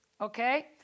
okay